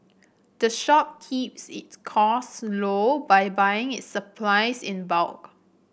the shop keeps its cost low by buying its supplies in bulk